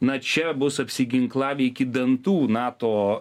na čia bus apsiginklavę iki dantų nato